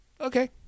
Okay